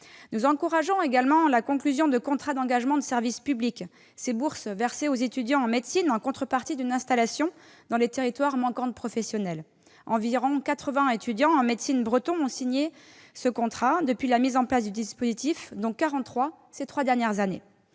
Nous encourageons également la conclusion de contrats d'engagement de service public, ces bourses versées aux étudiants en médecine en contrepartie d'une installation dans un territoire manquant de professionnels. Environ 80 étudiants en médecine bretons ont signé un tel contrat depuis la mise en place du dispositif, dont 43 ces trois dernières années.